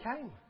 came